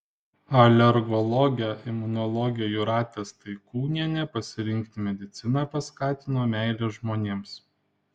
alergologę imunologę jūratę staikūnienę pasirinkti mediciną paskatino meilė žmonėms